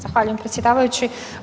Zahvaljujem predsjedavajući.